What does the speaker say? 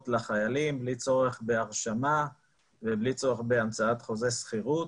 לחיילים בלי צורך בהרשמה ובלי צורך בהמצאת חוזה שכירות.